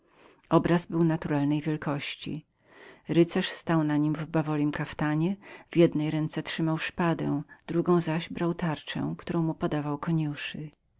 obraz był naturalnej wielkości rycerz stał na nim w bawolim kaftanie w jednej ręce trzymał szpadę drugą zaś brał wojenny topór który mu koniuszy